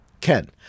Ken